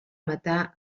matar